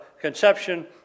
conception